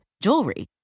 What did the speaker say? jewelry